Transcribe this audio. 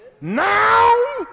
Now